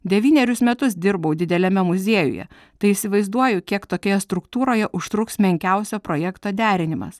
devynerius metus dirbau dideliame muziejuje tai įsivaizduoju kiek tokioje struktūroje užtruks menkiausio projekto derinimas